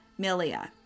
milia